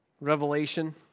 Revelation